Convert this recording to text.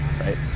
right